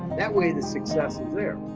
that way the success is there.